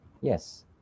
Yes